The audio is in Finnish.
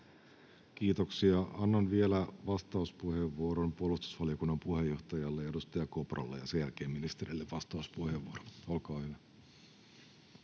Kiitoksia. — Annan vielä vastauspuheenvuoron puolustusvaliokunnan puheenjohtajalle, edustaja Kopralle, ja sen jälkeen ministerille vastauspuheenvuoron. — Olkaa hyvä.